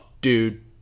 dude